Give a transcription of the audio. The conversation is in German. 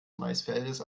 maisfeldes